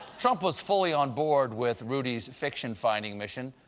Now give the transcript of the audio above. trump was fully on board with rudy's fiction-finding mission.